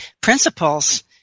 principles